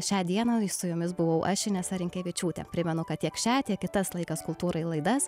šią dieną su jumis buvau aš inesa rinkevičiūtė primenu kad tiek šią tiek kitas laikas kultūrai laidas